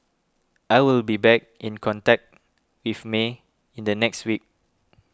I will be back in contact with May in the next week